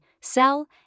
sell